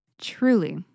Truly